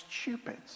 stupid